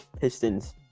pistons